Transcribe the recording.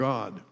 God